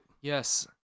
Yes